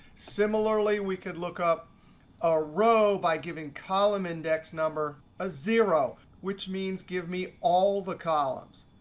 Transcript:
similarly, we could look up a row by giving column index number a zero, which means give me all the columns.